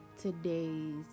today's